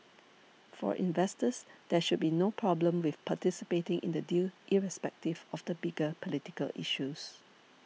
for investors there should be no problem with participating in the deal irrespective of the bigger political issues